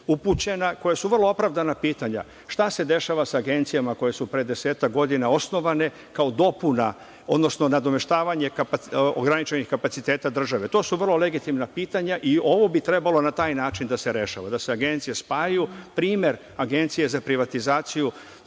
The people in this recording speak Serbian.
upućena, koja su vrlo opravdana. Šta se dešava sa agencijama koje su pre desetak godina osnovane kao dopuna, odnosno nadomeštavanje ograničenih kapaciteta države? To su vrlo legitimna pitanja i ovo bi trebalo na taj način da se rešava, da se agencije spajaju. Imamo primer Agencije za privatizaciju.